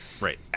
Right